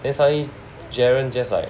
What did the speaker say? then suddenly Geron just like